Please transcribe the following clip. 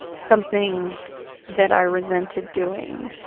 something that i resented doing,